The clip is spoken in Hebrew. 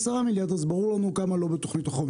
מיליארד אז ברור לנו כמה לא בתוכנית החומש.